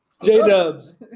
J-Dubs